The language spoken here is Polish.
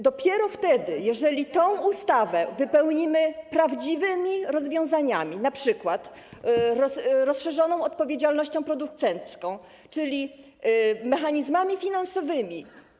Dopiero wtedy, gdy tę ustawę wypełnimy prawdziwymi rozwiązaniami, np. rozszerzoną odpowiedzialnością producencką, czyli mechanizmami finansowymi.